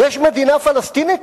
יש מדינה פלסטינית?